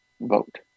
vote